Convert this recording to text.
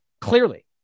Clearly